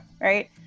right